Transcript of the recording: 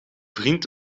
vriend